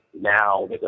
now